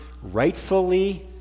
Rightfully